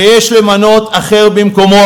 ויש למנות אחר במקומו,